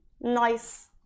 nice